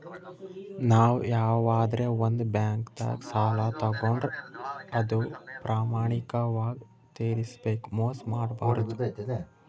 ನಾವ್ ಯವಾದ್ರೆ ಒಂದ್ ಬ್ಯಾಂಕ್ದಾಗ್ ಸಾಲ ತಗೋಂಡ್ರ್ ಅದು ಪ್ರಾಮಾಣಿಕವಾಗ್ ತಿರ್ಸ್ಬೇಕ್ ಮೋಸ್ ಮಾಡ್ಬಾರ್ದು